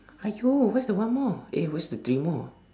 !aiyo! where's the one more eh where's the three more